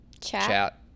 chat